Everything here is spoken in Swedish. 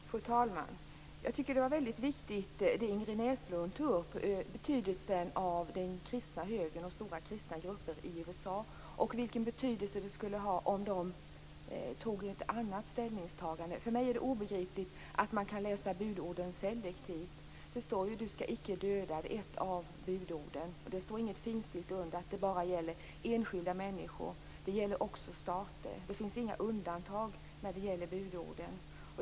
Fru talman! Jag tycker att det som Ingrid Näslund tog upp var väldigt viktigt, nämligen betydelsen av den kristna högern och stora kristna grupper i USA och vilken betydelse det skulle ha om dessa tog en annan ställning. För mig är det obegripligt att man kan läsa budorden selektivt. Det står ju: Du skall icke döda. Det är ett av budorden. Det står inget finstilt under om att det bara gäller enskilda människor. Det gäller också stater. Det finns inga undantag när det gäller budorden.